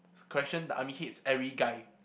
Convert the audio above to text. correction the army hates every guy